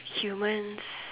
humans